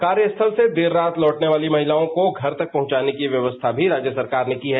कार्यस्थल से देर रात लौटने वाली महिलाओं को घर तक पहुंचाने की व्यवस्था भी राज्य सरकार ने की है